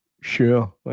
sure